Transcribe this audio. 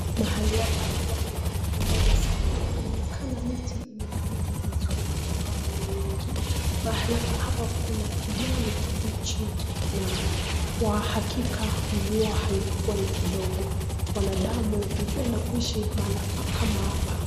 Mahali hapa na ambapo ni pa kupendeza sana panaonekana miti imenawiri vizuria ambayo ni mingi. Mahali hapa kuna kijani kibichi na kwa hakika mvua haijakuwa ni kidogo. Wanadamu hupenda kuishi mahala kama hapa.